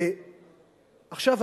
עכשיו,